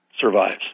survives